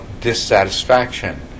dissatisfaction